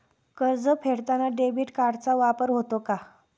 कर्ज फेडताना डेबिट कार्डचा वापर होतो का?